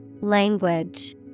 Language